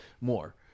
more